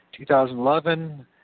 2011